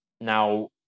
Now